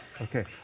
Okay